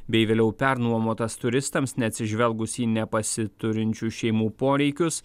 bei vėliau pernuomotas turistams neatsižvelgus į nepasiturinčių šeimų poreikius